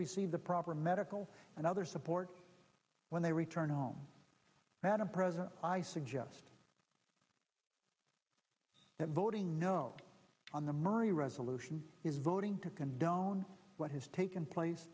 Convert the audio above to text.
receive the proper medical and other support when they return home and a president i suggest that voting no on the murray resolution is voting to condone what has taken place